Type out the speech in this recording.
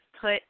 put